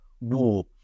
war